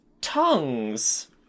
tongues